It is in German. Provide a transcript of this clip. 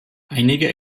einige